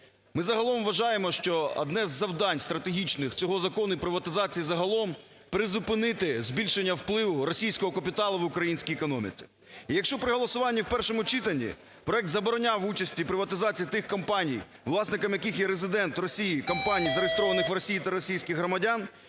Ми загалом вважаємо, що одне із завдань стратегічних цього закону і приватизації загалом призупинити збільшення впливу російського капіталу в українській економіці. Якщо при голосуванні в першому читанні проект забороняв участь і приватизацію тих компаній, власниками яких є резидент Росії, компаній, зареєстрованих в Росії, та російських громадян,